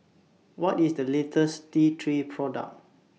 What IS The latest T three Product